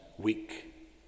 weak